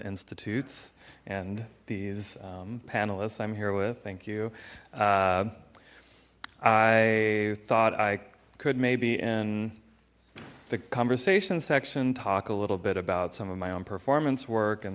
institute's and these panelists i'm here with thank you i thought i could maybe in the conversation section talked a little bit about some of my own performance work in